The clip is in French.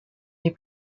des